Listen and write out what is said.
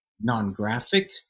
non-graphic